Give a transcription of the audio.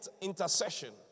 intercession